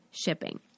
shipping